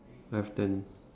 I have ten